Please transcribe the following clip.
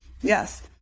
Yes